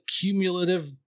cumulative